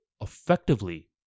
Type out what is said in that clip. effectively